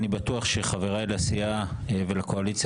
אני בטוח שחבריי לסיעה ולקואליציה